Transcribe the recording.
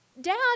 Dad